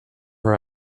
her